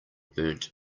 burnt